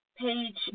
Page